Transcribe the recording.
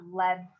led